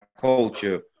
culture